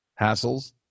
hassles